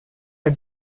are